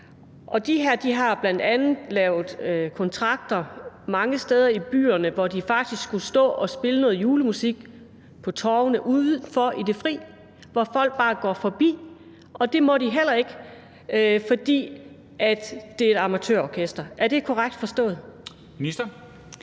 De her har bl.a. lavet kontrakter mange steder i byerne, hvor de faktisk skulle stå og spille noget julemusik på torvet ude i det fri, hvor folk bare går forbi, og det må de heller ikke, fordi det er et amatørorkester. Er det korrekt forstået?